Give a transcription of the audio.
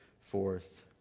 forth